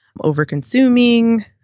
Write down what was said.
over-consuming